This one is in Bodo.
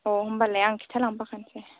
अ' होमबालाय आं खिथालांफाखासै